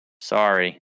sorry